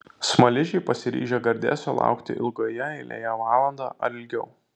smaližiai pasiryžę gardėsio laukti ilgoje eilėje valandą ar ilgiau